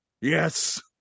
Yes